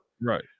Right